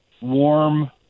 warm